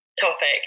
topic